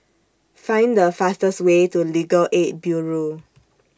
Find The fastest Way to Legal Aid Bureau